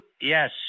Yes